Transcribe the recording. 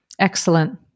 Excellent